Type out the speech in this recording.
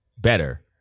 better